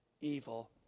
evil